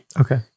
Okay